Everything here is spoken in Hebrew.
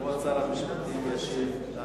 כבוד שר המשפטים ישיב על